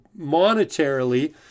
monetarily